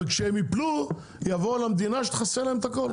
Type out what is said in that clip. וכשהם יפלו הם יבואו למדינה שתכסה להם את הכל.